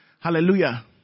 Hallelujah